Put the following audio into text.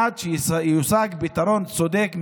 עד שיושג פתרון צודק,